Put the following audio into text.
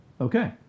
Okay